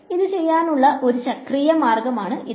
ഇത് ചെയ്യാനുള്ള ഒരു ചക്രീയ മാർഗം ആണ് ഇത്